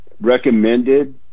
recommended